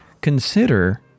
consider